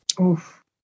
Oof